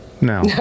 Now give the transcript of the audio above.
no